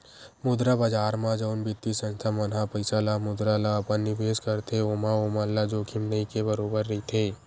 मुद्रा बजार म जउन बित्तीय संस्था मन ह पइसा ल मुद्रा ल अपन निवेस करथे ओमा ओमन ल जोखिम नइ के बरोबर रहिथे